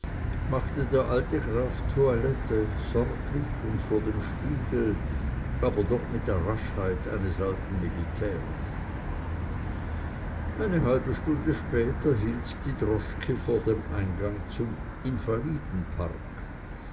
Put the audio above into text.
machte der alte graf toilette sorglich und vor dem spiegel aber doch mit der raschheit eines alten militärs eine halbe stunde später hielt die droschke vor dem eingange zum